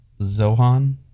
zohan